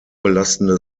belastende